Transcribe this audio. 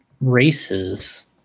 races